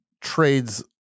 trades